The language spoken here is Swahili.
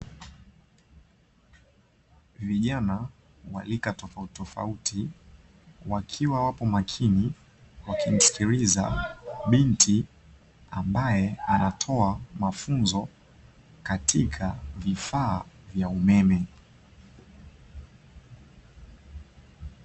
Vijana wa rika tofautitofauti, wakiwa wapo makini wakimsikiliza binti ambaye anatoa mafunzo katika vifaa vya umeme.